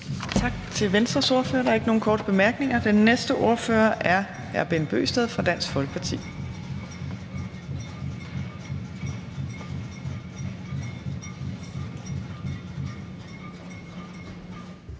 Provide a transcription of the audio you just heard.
Tak til Venstres ordfører. Der er ikke nogen korte bemærkninger. Den næste ordfører er hr. Bent Bøgsted fra Dansk Folkeparti.